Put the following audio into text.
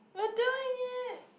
we're doing it